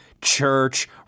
church